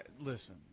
listen